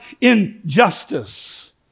injustice